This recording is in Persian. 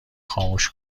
خاموش